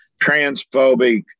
transphobic